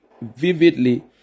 vividly